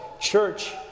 church